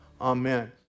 Amen